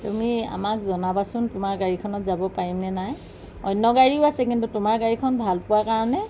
তুমি আমাক জনাবাচোন তুমাৰ গাড়ীখনত যাব পাৰিমনে নাই অন্য গাড়ীও আছে কিন্তু তোমাৰ গাড়ীখন ভাল পোৱাৰ কাৰণে